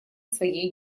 своей